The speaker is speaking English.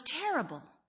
terrible